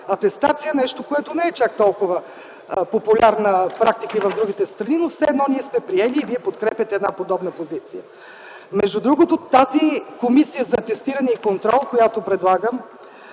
атестация – нещо, което не е чак толкова популярна практика в другите страни, но все едно ние сме я приели и вие подкрепяте подобна позиция. Между другото, тази Комисия за атестиране и контрол, която предлагам,